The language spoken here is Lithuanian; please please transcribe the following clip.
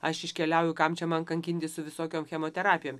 aš iškeliauju kam čia man kankintis su visokiom chemoterapijom